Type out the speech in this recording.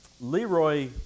Leroy